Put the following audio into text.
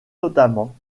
notamment